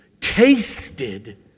tasted